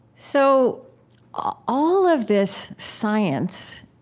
so all all of this science,